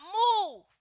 move